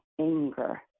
anger